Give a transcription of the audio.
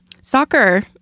Soccer